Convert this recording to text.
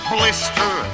Blister